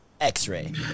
x-ray